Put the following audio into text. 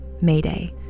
Mayday